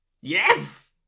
Yes